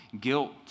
guilt